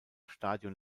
stadion